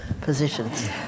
positions